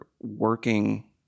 working